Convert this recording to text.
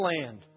land